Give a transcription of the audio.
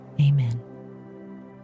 Amen